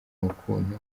ukuntu